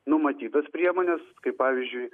numatytas priemones kaip pavyzdžiui